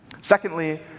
Secondly